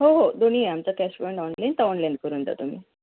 हो हो दोन्ही आहे आमचं कॅश पेमेंट ऑनलाईन तर ऑनलाईन करून द्या तुम्ही